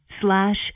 slash